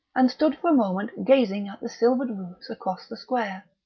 and stood for a moment gazing at the silvered roofs across the square.